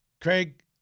Craig